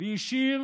והשאיר